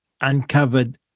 uncovered